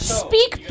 speak